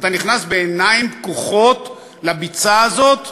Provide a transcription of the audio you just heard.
ואתה נכנס בעיניים פקוחות לביצה הזאת,